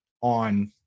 on